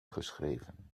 geschreven